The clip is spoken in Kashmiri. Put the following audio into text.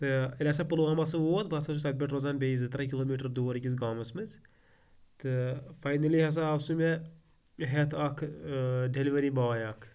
تہٕ ییٚلہِ ہَسا پُلواما سُہ ووت بہٕ ہَسا چھُس تتہِ پٮٹھ روزان بیٚیہِ زٕ ترٛے کِلوٗمیٖٹر دوٗر أکِس گامَس منٛز تہٕ فاینٔلی ہَسا آو سُہ مےٚ ہٮ۪تھ اکھ ڈیٚلؤری باے اَکھ